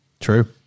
True